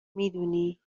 میدونی